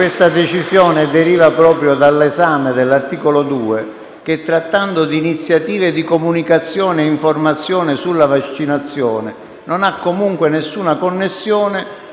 decisione deriva dall'esame dell'articolo 2 che, trattando di iniziative di comunicazione e informazione sulle vaccinazioni, non ha nessuna connessione